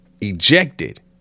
Ejected